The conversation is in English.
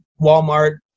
Walmart